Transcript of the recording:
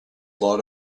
lot